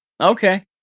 Okay